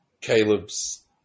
Caleb's